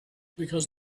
because